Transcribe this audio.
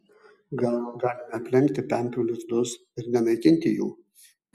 gal galime aplenkti pempių lizdus ir nenaikinti jų